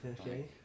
Okay